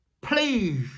please